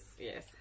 yes